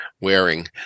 wearing